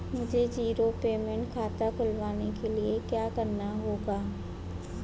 मुझे zero payment खाता खुलवाने के लिए क्या करना होगा?